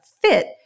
fit